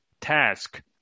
task